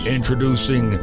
Introducing